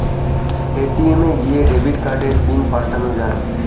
ATM এ গিয়ে debit কার্ডের পিন পাল্টানো যায়